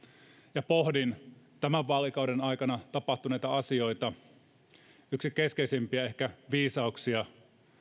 ja pohdin tämän vaalikauden aikana tapahtuneita asioita yksi keskeisimpiä viisauksia